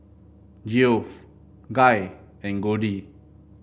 Geoff Guy and Goldie